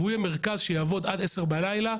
והוא יהיה מרכז שיעבוד עד 22:00 בלילה,